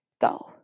go